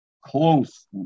close